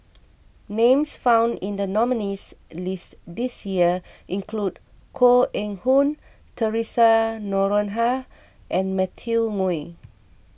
names found in the nominees' list this year include Koh Eng Hoon theresa Noronha and Matthew Ngui